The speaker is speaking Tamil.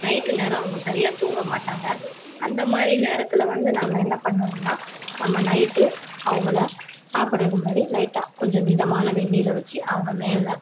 நைட் நேரம் அவங்க சரியாக தூங்க மாட்டாங்க அந்தமாதிரி நேரத்தில் வந்து நம்ம என்ன பண்ணனும்னா நம்ம நைட் அவங்கள சாப்பிட்றதுக்கு முன்னாடி லைட்டாக கொஞ்சம் மிதமான வெந்நீரை வச்சு அவங்க மேலே